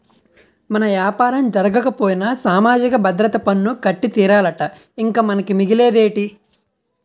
మన యాపారం జరగకపోయినా సామాజిక భద్రత పన్ను కట్టి తీరాలట ఇంక మనకి మిగిలేదేటి